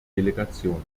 delegation